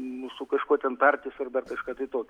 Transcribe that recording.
nu su kažkuo ten tartis ar dar kažką tai tokio